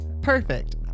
perfect